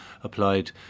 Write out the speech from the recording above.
applied